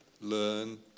learn